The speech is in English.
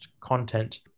content